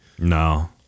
No